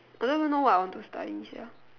I don't even know what I want to study sia